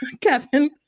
Kevin